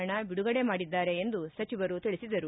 ಹಣ ಬಿಡುಗಡೆ ಮಾಡಿದ್ದಾರೆ ಎಂದು ಸಚಿವರು ತಿಳಿಸಿದರು